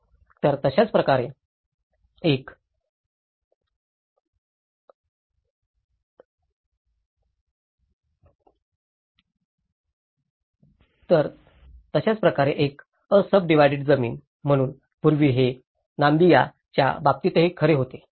तर तशाच प्रकारे एक अंसबडिवाईडेड जमीन म्हणून पूर्वी हे नामिबियाच्या बाबतीतही खरे होते